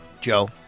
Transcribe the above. Joe